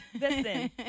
Listen